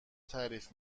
تعریف